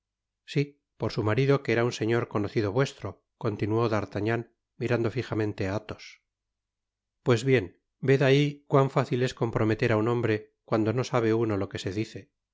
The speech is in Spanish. si por su marido que era un señor conocido vuestro continuó d'artagnen mirando fijamente á athos pues bien ved ahí cuan fácil es comprometer á un hombre cuando no sabe uno lo que se dice